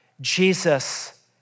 Jesus